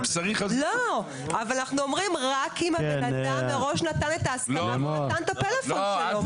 אנחנו אומרים רק אם הבן אדם נתן הסכמה מראש ונתן את מספר הטלפון שלו.